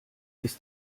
ist